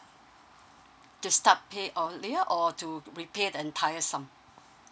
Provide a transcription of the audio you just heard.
to start pay earlier or to repay the entire sum